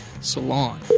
salon